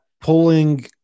pulling